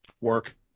Work